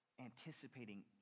anticipating